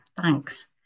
thanks